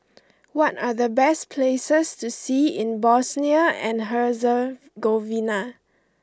what are the best places to see in Bosnia and Herzegovina